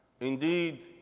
indeed